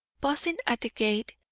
pausing at the gate,